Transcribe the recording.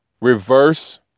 reverse